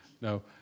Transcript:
No